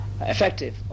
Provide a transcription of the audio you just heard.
effective